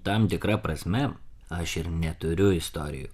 tam tikra prasme aš ir neturiu istorijų